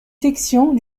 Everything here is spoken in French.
sections